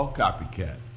copycat